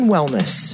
Wellness